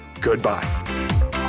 goodbye